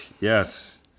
Yes